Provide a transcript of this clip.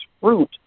fruit